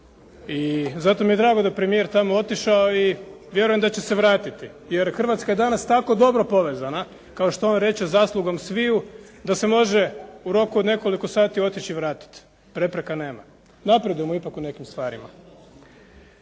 i zato mi je drago da je premijer tamo otišao i vjerujem da će se vratiti. Jer, Hrvatska je danas tako dobro povezana kao što on reče zaslugom sviju da se može u roku od nekoliko sati otići i vratiti, prepreka nema. Napredujemo ipak u nekim stvarima.